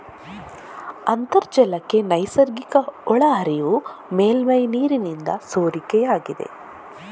ಅಂತರ್ಜಲಕ್ಕೆ ನೈಸರ್ಗಿಕ ಒಳಹರಿವು ಮೇಲ್ಮೈ ನೀರಿನಿಂದ ಸೋರಿಕೆಯಾಗಿದೆ